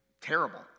terrible